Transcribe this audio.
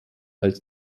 als